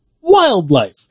wildlife